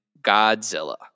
Godzilla